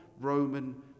Roman